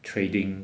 trading